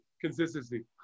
Consistency